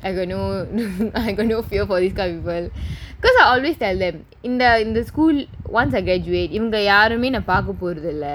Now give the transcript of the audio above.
I got no fear for this kind of people because I always tell them in the school once I graduate இவங்க யாருமே நான் பாக்கப்போறதில்ல